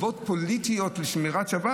כשאתה בא ושואל על סיבות פוליטיות לשמירת שבת,